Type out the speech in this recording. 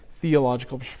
theological